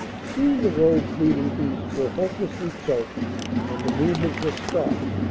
soon the roads leading east were hopelessly choked and the movement was stopped.